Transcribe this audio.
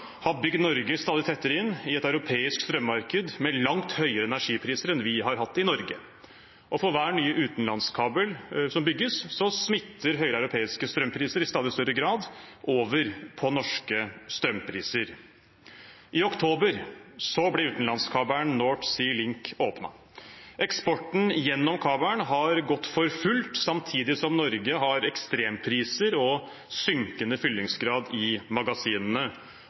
har bygd Norge stadig tettere inn i et europeisk strømmarked med langt høyere energipriser enn vi har hatt i Norge, og for hver nye utenlandskabel som bygges, smitter høyere europeiske strømpriser i stadig større grad over på norske strømpriser. I oktober ble utenlandskabelen North Sea Link åpnet. Eksporten gjennom kabelen har gått for fullt samtidig som Norge har ekstrempriser og synkende fyllingsgrad i magasinene.